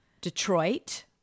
Detroit